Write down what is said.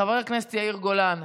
חבר הכנסת יאיר גולן,